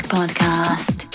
Podcast